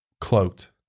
cloaked